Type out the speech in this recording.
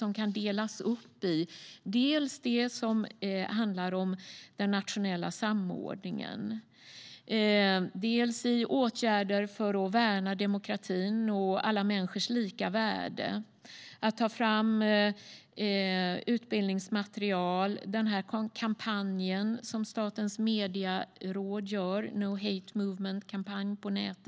De kan delas upp i det som handlar om den nationella samordningen, om åtgärder för att värna demokratin och alla människors lika värde och om att ta fram utbildningsmaterial. Det handlar om den kampanj som Statens medieråd gör - No Hate Speech Movement på nätet.